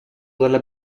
dalla